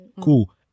Cool